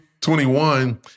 21